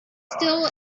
still